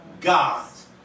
God's